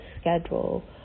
schedule